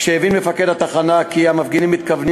כשהבין מפקד התחנה כי המפגינים מתכוונים